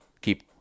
keep